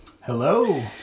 Hello